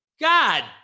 God